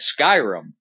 Skyrim